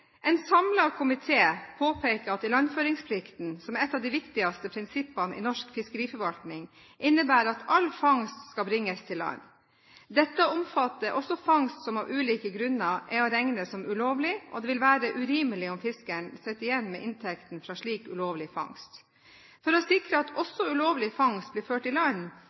En samlet komité påpeker at ilandføringsplikten, som er et av de viktigste prinsippene i norsk fiskeriforvaltning, innebærer at all fangst skal bringes til land. Dette omfatter også fangst som av ulike grunner er å regne som ulovlig, og det vil være urimelig om fiskeren sitter igjen med inntekten fra slik ulovlig fangst. For å sikre at også ulovlig fangst blir ført i land,